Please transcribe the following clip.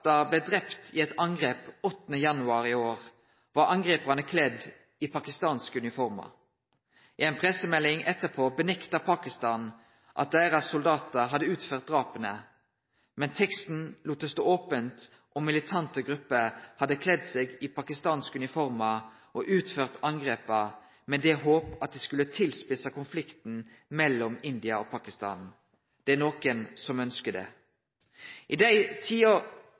i eit angrep den 8. januar i år, var angriparane kledde i pakistanske uniformer. I ei pressemelding etterpå nekta Pakistan for at soldatane deira hadde utført drapa, men teksten lét det stå opent om militante grupper hadde kledd seg i pakistanske uniformer og utført angrepa med det håpet at dei skulle spisse til konflikten mellom India og Pakistan. Det er nokon som ønskjer det. I dei ti